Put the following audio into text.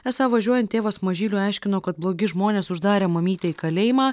esą važiuojant tėvas mažyliui aiškino kad blogi žmonės uždarę mamytę į kalėjimą